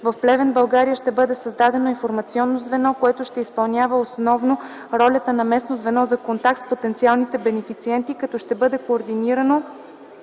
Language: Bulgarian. В Плевен, България, ще бъде създадено Информационно звено, което ще изпълнява основно ролята на местно звено за контакт с потенциалните бенефициенти, като ще бъде координирано